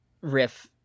riff